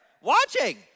watching